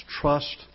Trust